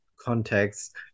context